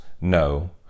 no